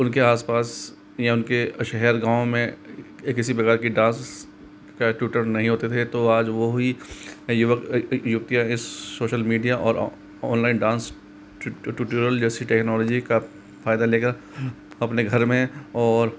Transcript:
उनके आसपास नियम के शहर गाँव में किसी प्रकार की डांस का ट्यूटर नहीं होते थे तो आज वह भी युवक युवतियाँ इस सोशल मीडिया और ऑनलाइन डांस ट्यूटोरियल जैसी टेक्नोलॉजी का फ़ायदा लेकर अपने घर में और